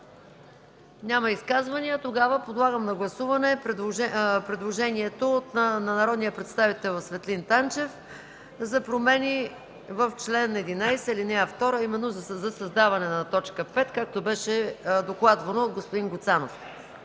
Няма. Подлагам на гласуване предложението на народния представител Светлин Танчев за промени в чл. 11, ал. 2, а именно за създаване на т. 5, както беше докладвано от господин Гуцанов.